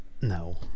no